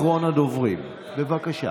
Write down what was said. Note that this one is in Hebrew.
אחרון הדוברים, בבקשה,